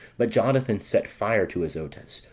but jonathan set fire to azotus,